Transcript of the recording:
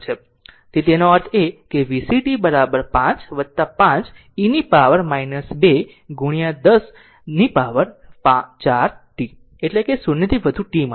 તેથી તેનો અર્થ vc t 5 5 e પાવર 2 ગુણ્યા 10 પાવર 4 t એટલે કે 0 થી વધુ t માટે છે